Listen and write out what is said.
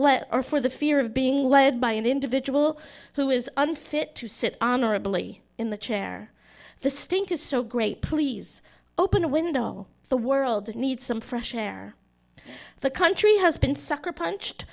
or for the fear of being led by an individual who is unfit to sit honorably in the chair the stink is so great please open a window the world needs some fresh air the country has been sucker punched